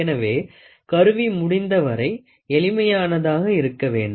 எனவே கருவி முடிந்தவரை எளிமையானதாக இருக்க வேண்டும்